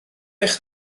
eich